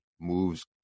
moves